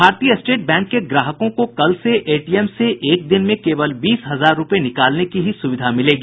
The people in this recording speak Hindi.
भारतीय स्टेट बैंक के ग्राहकों को कल से एटीएम से एक दिन में केवल बीस हजार रूपये निकालने की ही सुविधा मिलेगी